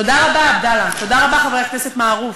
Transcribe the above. תודה רבה, עבדאללה, תודה רבה, חבר הכנסת מערוף.